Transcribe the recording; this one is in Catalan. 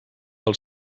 pel